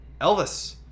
Elvis